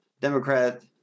Democrat